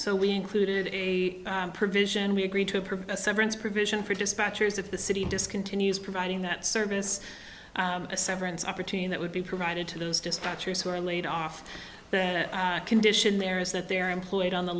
so we included a provision we agreed to prevent severance provision for dispatchers of the city discontinues providing that service a severance opportunity that would be provided to those dispatchers who are laid off the condition there is that they are employed on the